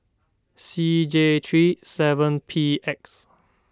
C J three seven P X